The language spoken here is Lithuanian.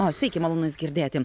o sveiki malonu jus girdėti